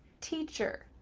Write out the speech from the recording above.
teacher,